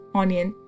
onion